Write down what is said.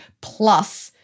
plus